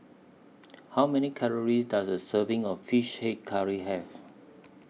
How Many Calories Does A Serving of Fish Head Curry Have